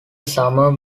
summer